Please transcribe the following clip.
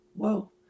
Whoa